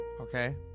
Okay